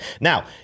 Now